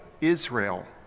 Israel